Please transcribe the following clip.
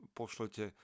pošlete